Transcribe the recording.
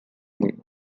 way